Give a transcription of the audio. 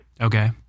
Okay